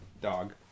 dog